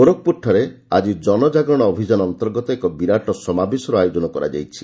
ଗୋରଖପ୍ରରଠାରେ ଆଜି ଜନଜାଗରଣ ଅଭିଯାନ ଅନ୍ତର୍ଗତ ଏକ ବିରାଟ ସମାବେଶର ଆୟୋଜନ କରାଯାଇଛି